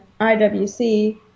IWC